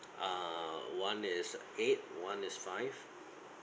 uh one is eight one is five